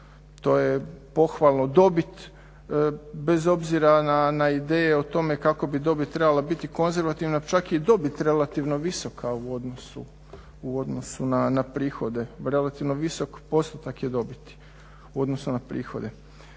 To je pohvalno. Dobit, bez obzira na ideje o tome kako bi dobit trebala biti konzervativna, čak je i dobit relativno visoka u odnosu na prihode, relativno visok postotak je dobiti u odnosu na prihode.